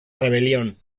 rebelión